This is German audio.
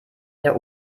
der